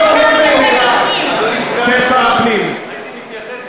אתה מגרש ערבים ואתה מיישב